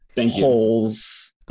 holes